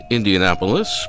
Indianapolis